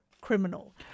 criminal